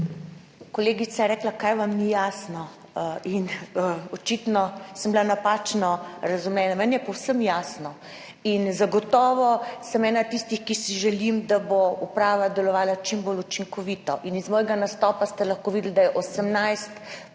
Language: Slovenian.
Kolegica je rekla, kaj vam ni jasno in očitno sem bila napačno razumljena. Meni je povsem jasno in zagotovo sem ena tistih, ki si želim, da bo uprava delovala čim bolj učinkovito in iz mojega nastopa ste lahko videli, da je 18 področij,